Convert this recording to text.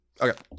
Okay